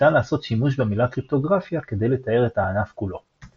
ניתן לעשות שימוש במילה קריפטוגרפיה כדי לתאר את הענף כולו.